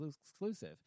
exclusive